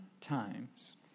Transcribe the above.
times